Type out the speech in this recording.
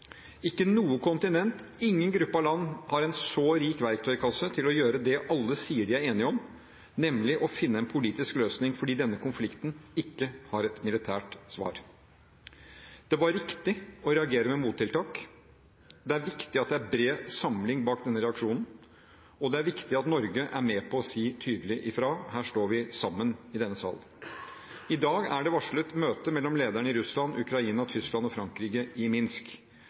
Ikke noe kontinent, ingen gruppe av land har en så rik verktøykasse til å gjøre det alle sier de er enige om, nemlig å finne en politisk løsning fordi denne konflikten ikke har et militært svar. Det var riktig å reagere med mottiltak, det er viktig at det er bred samling bak denne reaksjonen, og det er viktig at Norge er med på å si tydelig ifra. Her står vi sammen i denne sal. I dag er det varslet møte mellom lederne i Russland, Ukraina, Tyskland og Frankrike i Minsk.